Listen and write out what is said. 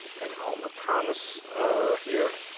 and alma thomas here.